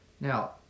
Now